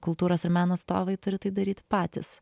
kultūros ir meno atstovai turi tai daryti patys